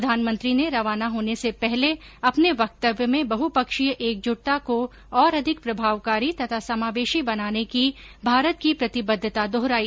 प्रधानमंत्री ने रवाना होने से पहले अपने वक्तव्य में बहुपक्षीय एकजुटता को और अधिक प्रभावकारी तथा समावेशी बनाने की भारत की प्रतिबद्वता दोहराई